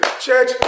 Church